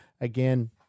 again